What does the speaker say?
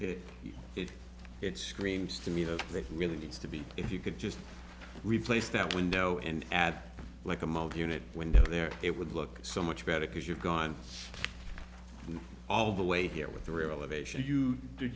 if it screams to me that really needs to be if you could just replace that window and add like a multi unit window there it would look so much better because you've gone all the way here with the